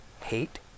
Hate